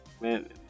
Man